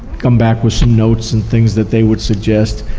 come back with some notes and things that they would suggest.